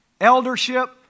eldership